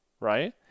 Right